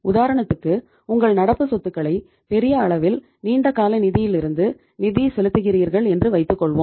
உதாரணத்துக்கு உங்கள் நடப்பு சொத்துக்களை பெரிய அளவில் நீண்டகால நிதியிலிருந்து நிதி செலுத்துகிறீர்கள் என்று வைத்துக் கொள்வோம்